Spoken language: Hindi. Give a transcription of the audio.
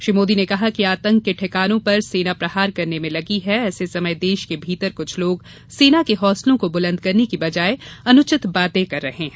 श्री मोदी ने कहा कि आतंक के ठिकानों पर सेना प्रहार करने में लगी है ऐसे समय देश के भीतर कुछ लोग सेना के हौसलों को बुलंद करने के बजाय अनुचित बातें कर रहे हैं